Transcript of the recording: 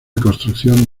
construcción